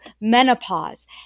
menopause